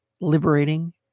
liberating